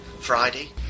Friday